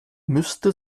müsste